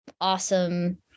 awesome